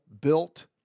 Built